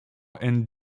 and